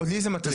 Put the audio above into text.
אותי זה מטריד.